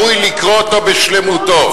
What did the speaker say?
ראוי לקרוא אותו בשלמותו.